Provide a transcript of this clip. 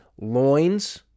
loins